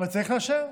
אבל צריך לאשר.